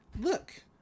look